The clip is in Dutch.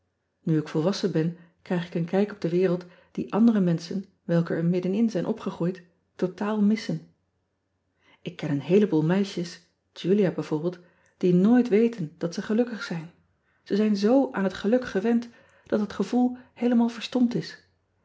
u ik volwassen ben krijg ik een kijk op de wereld die andere menschen welke er middenin zijn opgegroeid totaal missen k ken een heeleboel meisjes ulia b v die nooit weten dat ze gelukkig zijn e zijn zoo aan het geluk ean ebster adertje angbeen gewend dat dat gevoel heelemaal verstompt is